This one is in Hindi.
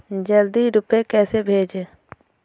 जल्दी रूपए कैसे भेजें?